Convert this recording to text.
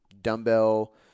dumbbell